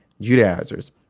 Judaizers